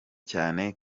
cyane